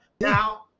Now